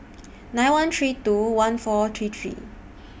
nine one three two one four three three